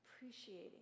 appreciating